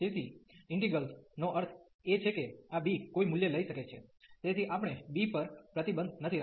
તેથી integrals integrals નો અર્થ એ છે કે આ b કોઈ મૂલ્ય લઈ શકે છે તેથી આપણે b પર પ્રતિબંધ નથી રાખતા